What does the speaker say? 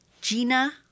Gina